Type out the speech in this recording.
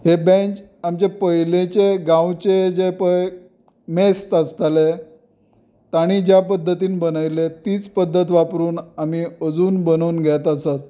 हे बेंच आमचे पयलींचे गांवचे जे पळय मेस्त आसताले तांणी ज्या पद्दतीन बनयल्ले तीच पद्दत वापरून आमी आजून बनून घेत आसात